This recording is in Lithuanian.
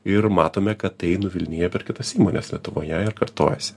ir matome kad tai nuvilnija per kitas įmones lietuvoje ir kartojasi